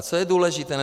A co je důležité?